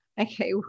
okay